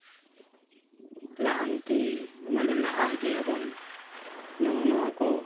ᱞᱟᱦᱟᱱᱛᱤ ᱢᱟᱱᱮ ᱞᱟᱦᱟ ᱤᱫᱤᱭᱟᱵᱚᱱ ᱱᱚᱜᱼᱚᱸᱭ ᱱᱚᱣᱟ ᱠᱚ